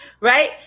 right